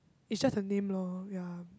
is just a name lor ya